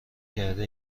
کرده